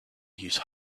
use